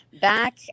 back